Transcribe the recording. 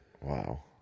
Wow